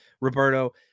Roberto